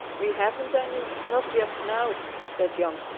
we haven't any, not just now, said jan.